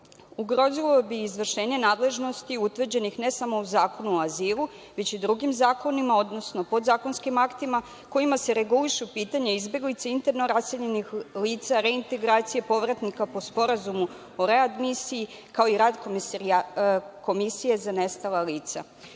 ugrozilo bi izvršenje nadležnosti utvrđenih ne samo u Zakonu o azilu, već i drugim zakonima, odnosno podzakonskim aktima kojima se regulišu pitanja izbeglica, interno raseljenih lica, reintegracija povratnika po Sporazumu o readmisiji, kao i rad Komisije za nestala lica.